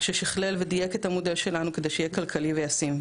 ששכללו את המודל שלנו כדי שהוא יהיה כלכלי וישים.